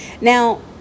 Now